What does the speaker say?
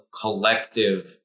collective